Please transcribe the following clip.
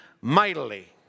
mightily